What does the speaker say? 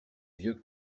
vieux